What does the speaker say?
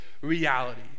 reality